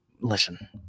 listen